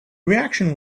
reaction